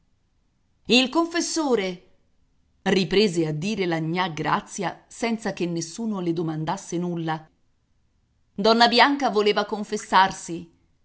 il confessore riprese a dire la gnà grazia senza che nessuno le domandasse nulla donna bianca voleva confessarsi